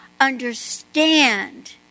understand